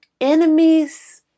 enemies